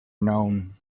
known